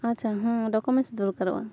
ᱟᱪᱪᱷᱟ ᱦᱮᱸ ᱰᱚᱠᱩᱢᱮᱱᱴᱥ ᱫᱚᱨᱠᱟᱨᱚᱜᱼᱟ